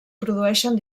produeixen